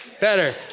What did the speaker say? Better